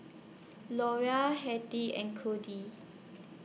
Laura Hetty and